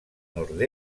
nord